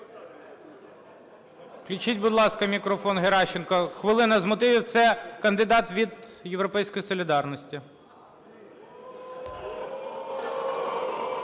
Включіть, будь ласка, мікрофон Геращенко – хвилина з мотивів. Це кандидат від "Європейської солідарності".